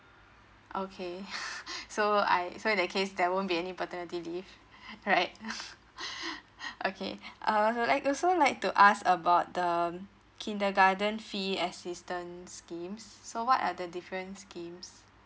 okay so I so in that case there won't be any paternity leave right okay uh like I'd also like to ask about the kindergarten fee assistance schemes so what are the difference schemes